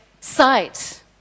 sight